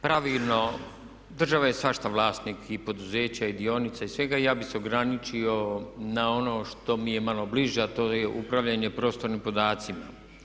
Pravilno, država je svašta vlasnik i poduzeća i dionica i svega i ja bih se ograničio na ono što mi je malo bliže a to je upravljanje prostornim podacima.